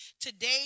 today